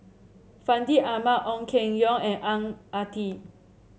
Fandi Ahmad Ong Keng Yong and Ang Ah Tee